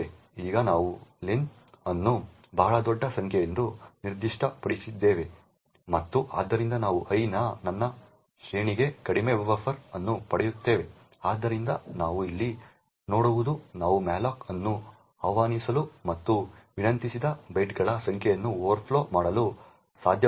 ಈಗ ನಾವು ಲೆನ್ ಅನ್ನು ಬಹಳ ದೊಡ್ಡ ಸಂಖ್ಯೆ ಎಂದು ನಿರ್ದಿಷ್ಟಪಡಿಸಿದ್ದೇವೆ ಮತ್ತು ಆದ್ದರಿಂದ ನಾವು i ನ ನನ್ನ ಶ್ರೇಣಿಗೆ ಕಡಿಮೆ ಬಫರ್ ಅನ್ನು ಪಡೆಯುತ್ತೇವೆ ಆದ್ದರಿಂದ ನಾವು ಇಲ್ಲಿ ನೋಡುವುದು ನಾವು malloc ಅನ್ನು ಆಹ್ವಾನಿಸಲು ಮತ್ತು ವಿನಂತಿಸಿದ ಬೈಟ್ಗಳ ಸಂಖ್ಯೆಯನ್ನು ಓವರ್ಫ್ಲೋ ಮಾಡಲು ಸಾಧ್ಯವಾಗುತ್ತದೆ